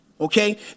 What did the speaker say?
Okay